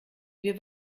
wir